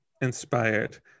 inspired